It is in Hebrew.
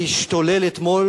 שהשתולל אתמול